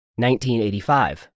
1985